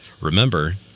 Remember